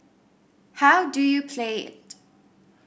how do you play it